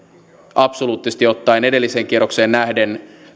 absoluuttisesti ottaen edelliseen kierrokseen nähden